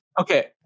Okay